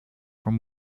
from